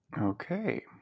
Okay